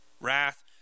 wrath